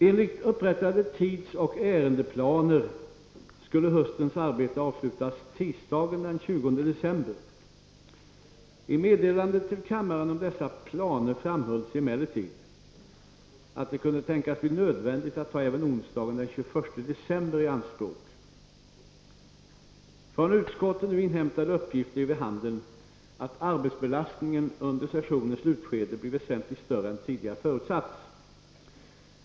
Enligt upprättade tidsoch ärendeplaner skulle höstens arbete avslutas tisdagen den 20 december. I meddelandet till kammaren om dessa planer framhölls emellertid att det kunde tänkas bli nödvändigt att ta även onsdagen den 21 december i anspråk. Från utskotten nu inhämtade uppgifter ger vid handen att arbetsbelastningen under sessionens slutskede blir väsentligt större än tidigare förutsatts.